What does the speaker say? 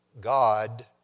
God